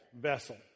vessel